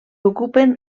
ocupen